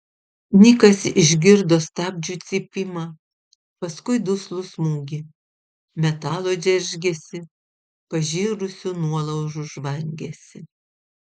nikas išgirdo stabdžių cypimą paskui duslų smūgį metalo džeržgesį pažirusių nuolaužų žvangesį